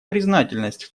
признательность